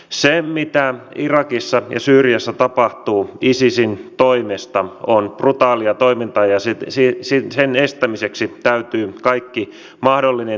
se mitä irakissa ja syyriassa tapahtuu isisin toimesta on brutaalia toimintaa ja sen estämiseksi täytyy kaikki mahdollinen tehdä